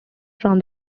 from